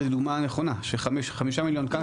היא דוגמה נכונה: 5 מיליון כאן,